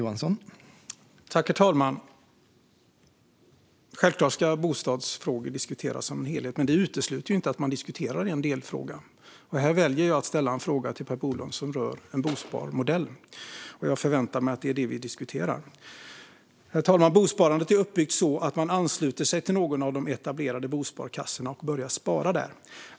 Herr talman! Självklart ska bostadsfrågor diskuteras som en helhet, men det utesluter inte att man diskuterar en delfråga. Här väljer jag att ställa en fråga till Per Bolund som rör en bosparmodell, och jag förväntar mig att det är det som vi ska diskutera. Herr talman! Bosparandet är uppbyggt så att man ansluter sig till någon av de etablerade bosparkassorna och börjar spara där.